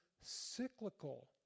cyclical